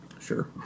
Sure